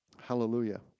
Hallelujah